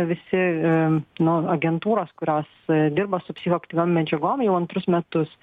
visi nu agentūros kurios dirba su psichoaktyviom medžiagom jau antrus metus